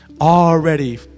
already